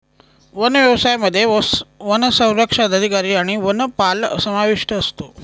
one व्यवसायामध्ये वनसंरक्षक अधिकारी आणि वनपाल समाविष्ट असतो